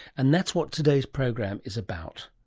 and that's what today's program is about.